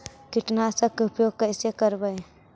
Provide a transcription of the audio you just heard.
कीटनाशक के उपयोग कैसे करबइ?